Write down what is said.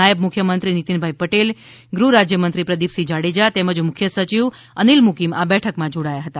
નાયબ મુખ્યમંત્રી શ્રી નિતીનભાઈ પટેલ ગૃહ રાજ્ય મંત્રી શ્રી પ્રદીપસિંહ જાડેજા તેમજ મુખ્ય સચિવ શ્રી અનિલ મુકીમ આ બેઠકમાં જોડ્યા હતા